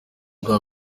bwa